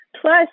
Plus